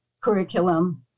curriculum